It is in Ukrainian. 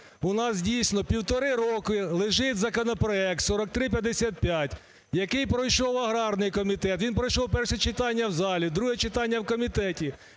У нас дійсно півтори роки лежить законопроект 4355, який пройшов аграрний комітет, він пройшов перше читання в залі, друге читання в комітеті,